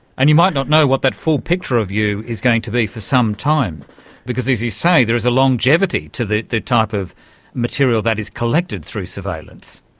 and you might not know what that full picture of you is going to be for some time because, as you say, there is a longevity to the the type of material that is collected through surveillance.